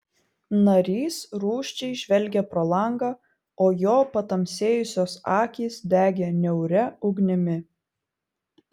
narys rūsčiai žvelgė pro langą o jo patamsėjusios akys degė niauria ugnimi